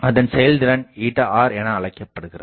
அதன் செயல்திறன் ηr என அழைக்கப்படுகிறது